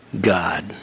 God